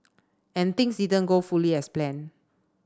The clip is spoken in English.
and things didn't go fully as planned